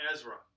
Ezra